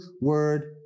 word